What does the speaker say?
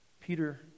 Peter